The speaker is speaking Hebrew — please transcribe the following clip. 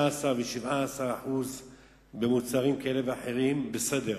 16% ו-17% במוצרים כאלה ואחרים, בסדר.